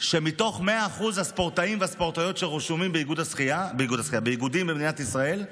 שמתוך 100% הספורטאים והספורטאיות שרשומים באיגודים במדינת ישראל,